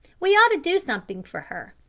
we ought to do something for her.